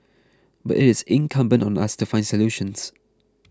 but it is incumbent on us to find solutions